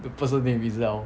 the person name itself